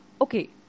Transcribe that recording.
Okay